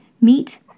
Meet